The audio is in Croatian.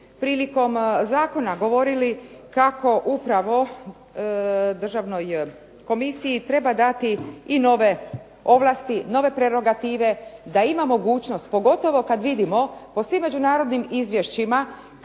prilikom zakona govorili kako upravo državnoj komisiji treba dati i nove ovlasti, nove prerogative da ima mogućnost pogotovo kad vidimo po svim međunarodnim izvješćima